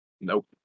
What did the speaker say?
Nope